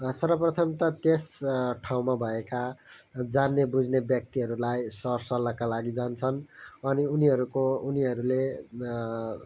सर्वप्रथम त त्यस ठाउँमा भएका जान्ने बुझ्ने व्यक्तिहरूलाई सर सल्लाहका लागि जान्छन् अनि उनीहरूको उनीहरूले